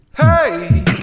Hey